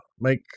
make